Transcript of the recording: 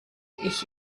ich